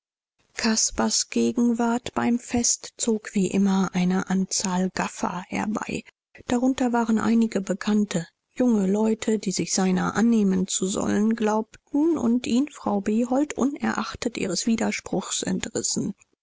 caspars gegenwart beim fest zog wie immer eine anzahl gaffer herbei darunter waren einige bekannte junge leute die sich seiner annehmen zu sollen glaubten und ihn frau behold unerachtet ihres widerspruchs entrissen